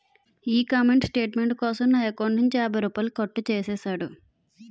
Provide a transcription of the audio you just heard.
ఈ comment statement కోసం నా ఎకౌంటు నుంచి యాభై రూపాయలు కట్టు చేసేసాడు